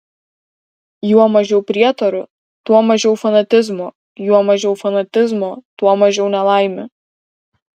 juo mažiau prietarų tuo mažiau fanatizmo juo mažiau fanatizmo tuo mažiau nelaimių